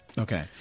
Okay